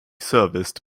serviced